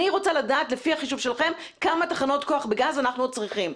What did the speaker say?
אני רוצה לדעת לפי החישוב שלכם כמה תחנות כוח בגז אנחנו צריכים.